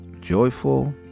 joyful